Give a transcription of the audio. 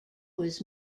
was